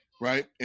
right